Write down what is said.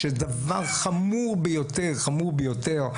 שזה דבר חמור ביותר, חמור ביותר.